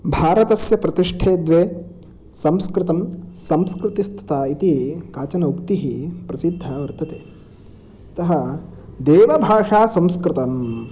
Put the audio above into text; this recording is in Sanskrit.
भारतस्य प्रतिष्ठे द्वे संस्कृतं संस्कृतिस्तथा इति काचन उक्तिः प्रसिद्धा वर्तते अतः देवभाषा संस्कृतम्